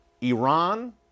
Iran